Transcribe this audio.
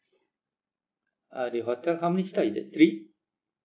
uh the hotel how many star is it three